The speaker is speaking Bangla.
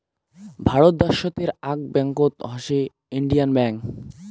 ভারত দ্যাশোতের আক ব্যাঙ্কত হসে ইন্ডিয়ান ব্যাঙ্ক